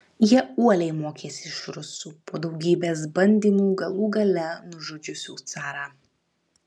jie uoliai mokėsi iš rusų po daugybės bandymų galų gale nužudžiusių carą